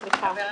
סליחה.